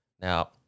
Now